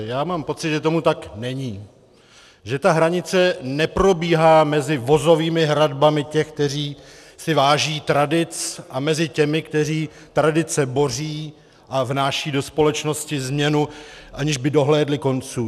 Já mám pocit, že tomu tak není, že ta hranice neprobíhá mezi vozovými hradbami těch, kteří si váží tradic, a těmi, kteří ty tradice boří a vnášejí do společnosti změnu, aniž by dohlédli konců.